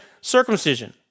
circumcision